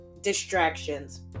distractions